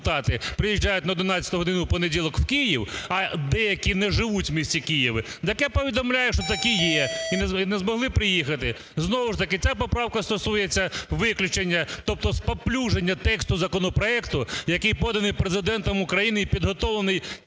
деякі не живуть в місті Києві, так я повідомляю, що так і є, і не змогли приїхати. Знову ж таки, ця поправка стосується виключення, тобто спаплюження тексту законопроекту, який поданий Президентом України і підготовлений